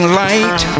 light